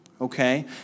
Okay